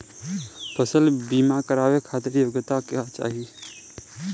फसल बीमा करावे खातिर योग्यता का चाही?